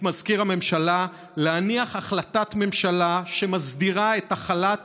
מזכיר הממשלה להניח החלטת ממשלה שמסדירה את החלת